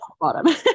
bottom